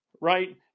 right